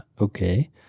Okay